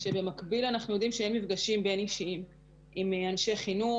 כשבמקביל אנחנו יודעים שאין מפגשים בין אישיים עם אנשי חינוך,